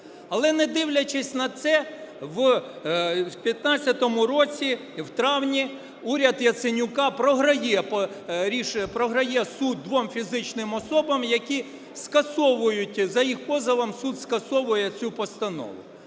Але, не дивлячись на це, в 15-му році в травні уряд Яценюка програє суд двом фізичним особам, які скасовують, за їх позовом суд скасовує цю постанову.